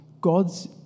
God's